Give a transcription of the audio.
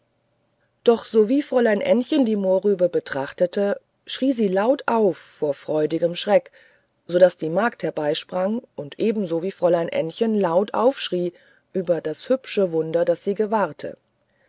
doch sowie fräulein ännchen die mohrrübe betrachtete schrie sie laut auf vor freudigem schreck so daß die magd herbeisprang und ebenso wie fräulein ännchen laut aufschrie über das hübsche wunder das sie gewahrte